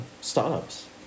startups